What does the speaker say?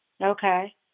Okay